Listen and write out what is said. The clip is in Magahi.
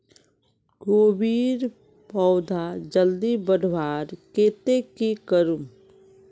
कोबीर पौधा जल्दी बढ़वार केते की करूम?